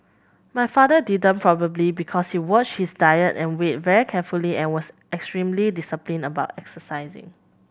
my father didn't probably because he watched his diet and weight very carefully and was extremely disciplined about exercising